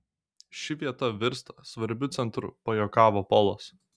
ši vieta virsta svarbiu centru pajuokavo polas